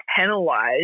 penalized